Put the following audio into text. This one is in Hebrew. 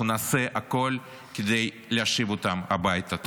אנחנו נעשה הכול כדי להשיב אותם הביתה.